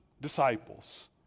disciples